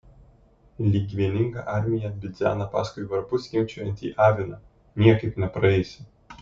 lyg vieninga armija bidzena paskui varpu skimbčiojantį aviną niekaip nepraeisi